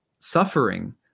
suffering